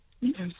Yes